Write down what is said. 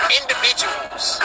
individuals